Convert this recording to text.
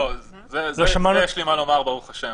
על זה יש לי מה לומר, ברוך השם.